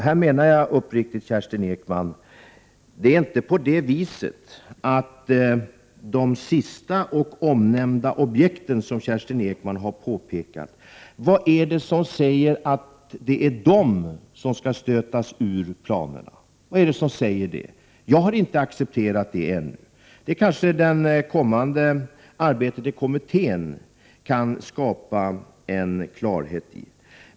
Jag menar uppriktigt, Kerstin Ekman, att det inte är fråga om de sista och omnämnda objekten, som Kerstin Ekman har påpekat. Vad är det som säger att det är dessa som skall stötas ur planerna? Jag har ännu inte accepterat detta. Det kanske det kommande arbetet i kommittén kan skapa klarhet i.